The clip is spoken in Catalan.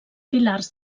pilars